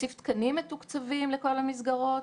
להוסיף תקנים מתוקצבים לכל המסגרות?